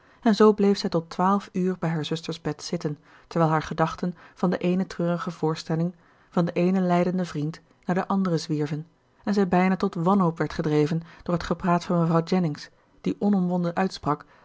en zoo bleef zij tot twaalf uur bij haar zuster's bed zitten terwijl haar gedachten van de eene treurige voorstelling van den eenen lijdenden vriend naar den anderen zwierven en zij bijna tot wanhoop werd gedreven door het gepraat van mevrouw jennings die onomwonden uitsprak